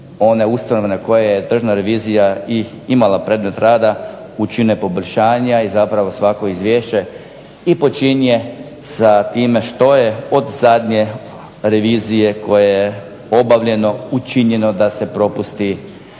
one ustanove koje je Državna revizija i imala predmet rada učine poboljšanja. I zapravo svako izvješće i počinje sa time što je od zadnje revizije koja je obavljana učinjeno da se propusti